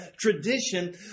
tradition